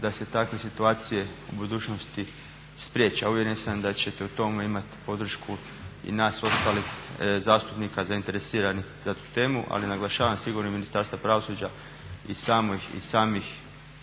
da se takve situacije u budućnosti spriječe. Uvjeren sam da ćete u tome imati podršku i nas ostalih zastupnika zainteresiranih za tu temu, ali naglašavam sigurno i Ministarstva pravosuđa i ljudi